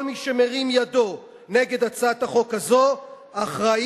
כל מי שמרים ידו נגד הצעת החוק הזו אחראי